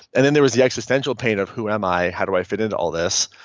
and then there was the existential pain of who am i, how do i fit into all this?